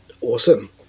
Awesome